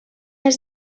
els